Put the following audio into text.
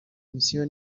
mission